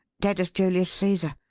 dead as julius caesar.